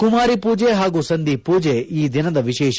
ಕುಮಾರಿ ಪೂಜೆ ಹಾಗೂ ಸಂಧಿ ಪೂಜೆ ಈ ದಿನದ ವಿಶೇಷ